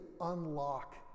unlock